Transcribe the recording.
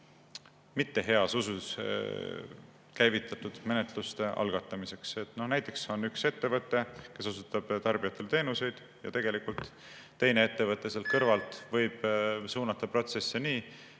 mitte heas usus käivitatud menetluste algatamiseks. Näiteks on üks ettevõte, kes osutab tarbijatele teenuseid, ja teine ettevõte sealt kõrvalt võib tegelikult suunata protsesse nii,